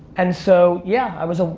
and so, yeah, i was